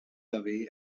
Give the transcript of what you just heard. away